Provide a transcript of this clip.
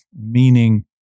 meaning